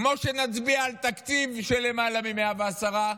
כמו שנצביע על תקציב של למעלה מ-110,